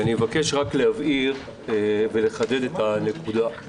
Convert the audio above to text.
אני אבקש רק להבהיר ולחדד את הנקודה.